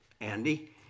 Andy